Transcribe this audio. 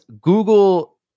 google